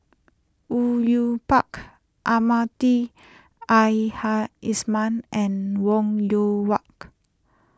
Au Yue Pak Almahdi Al Haj Isman and Wong Yoon walk